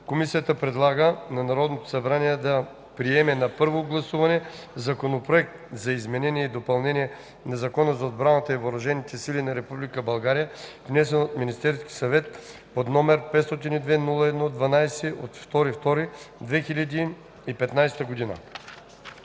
Комисията предлага на Народното събрание да приеме на първо гласуване Законопроект за изменение и допълнение на Закона за отбраната и въоръжените сили на Република България, внесен от Министерски съвет под № 502 01 12 на